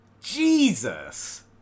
Jesus